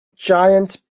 giant